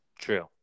True